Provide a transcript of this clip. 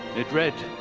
it read,